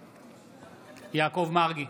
בעד יעקב מרגי,